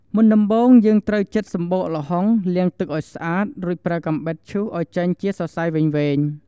មុនដំបូង យើងត្រូវចិតសម្បកល្ហុង លាងទឹកឲ្យស្អាត រួចប្រើកាំបិតឈូសឲ្យចេញជាសរសៃវែងៗ។